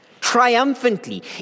triumphantly